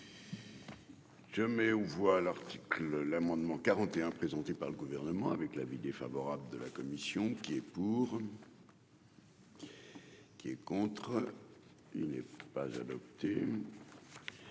Je mets aux voix l'article l'amendement 41 présenté par le gouvernement avec l'avis défavorable de la commission qui est pour. Qui est contre, il n'est pas adopté